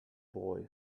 boy